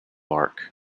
arc